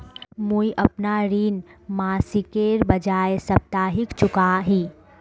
मुईअपना ऋण मासिकेर बजाय साप्ताहिक चुका ही